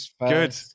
Good